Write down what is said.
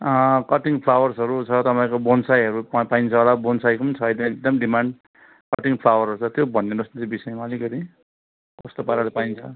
cutting फ्लावर्सहरू छ तपाईँको बोनसाईहरू प पाइन्छ होला बोनसाईको पनि छ अहिले एकदम डिमान्ड कटिङ फ्लावरहरू त त्यो भनिदिनुहोस् त्यो विषयमा अलिकति कस्तो पाराले पाइन्छ